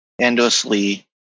endlessly